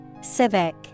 Civic